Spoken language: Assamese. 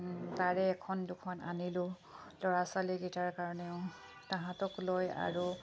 তাৰে এখন দুখন আনিলোঁ ল'ৰা ছোৱালীকেইটাৰ কাৰণেও তাহাঁতক লৈ আৰু